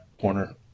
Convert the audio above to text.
corner